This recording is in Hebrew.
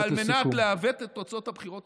ועל מנת לעוות את תוצאות הבחירות,